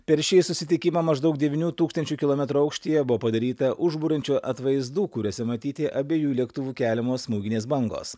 per šį susitikimą maždaug devynių tūkstančių kilometrų aukštyje buvo padaryta užburiančių atvaizdų kuriuose matyti abiejų lėktuvų keliamos smūginės bangos